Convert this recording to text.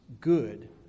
good